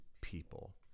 people